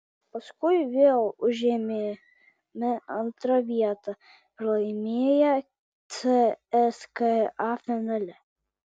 paskui vėl užėmėme antrą vietą pralaimėję cska finale